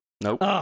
nope